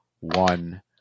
one